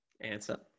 Answer